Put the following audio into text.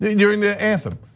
during the anthem.